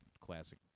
classic